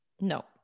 No